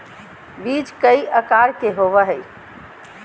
बीज कई आकार के होबो हइ